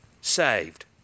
saved